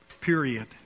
Period